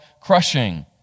crushing